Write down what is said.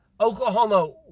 Oklahoma